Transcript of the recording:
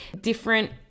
Different